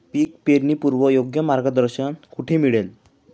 पीक पेरणीपूर्व योग्य मार्गदर्शन कुठे मिळेल?